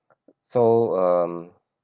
so um